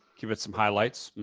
give it some highlights.